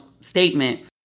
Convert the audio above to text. statement